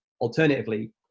alternatively